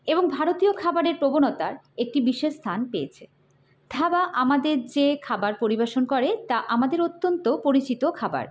এবং ভারতীয় খাবারের প্রবণতার একটি বিশেষ স্থান পেয়েছে ধাবা আমাদের যে খাবার পরিবেশন করে তা আমাদের অত্যন্ত পরিচিত খাবার